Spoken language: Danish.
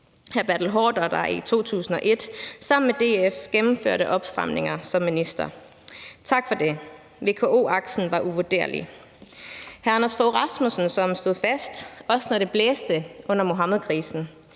hr. Bertel Haarder, der i 2001 sammen med DF gennemførte opstramninger som minister. Tak for det. VKO-aksen var uvurderlig. Hr. Anders Fogh Rasmussen stod fast, også når det blæste under Muhammedkrisen,